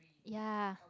ya